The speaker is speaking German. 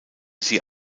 sie